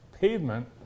pavement